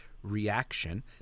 reaction